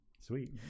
sweet